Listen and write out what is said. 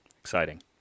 Exciting